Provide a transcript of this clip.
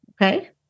okay